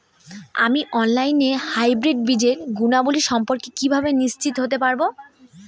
আমি অনলাইনে হাইব্রিড বীজের গুণাবলী সম্পর্কে কিভাবে নিশ্চিত হতে পারব?